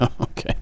Okay